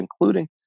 including